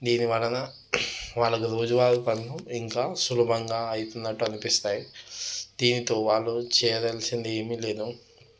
దీనివలన వాళ్ళ రోజువారీ పనులు ఇంకా సులభంగా అయితున్నట్టు అనిపిస్తాయి దీనితో వాళ్ళు చేయవలసింది ఏమిలేదు